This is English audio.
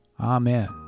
Amen